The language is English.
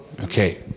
okay